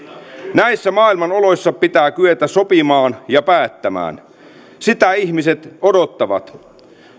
näissä maailman oloissa pitää kyetä sopimaan ja päättämään sitä ihmiset odottavat